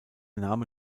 name